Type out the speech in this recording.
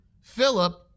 Philip